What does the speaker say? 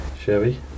Chevy